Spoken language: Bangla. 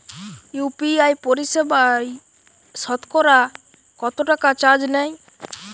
ইউ.পি.আই পরিসেবায় সতকরা কতটাকা চার্জ নেয়?